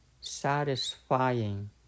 satisfying